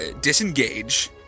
disengage